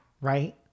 right